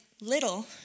little